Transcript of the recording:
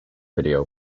video